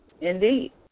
Indeed